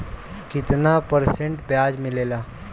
कितना परसेंट ब्याज मिलेला?